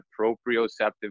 proprioceptive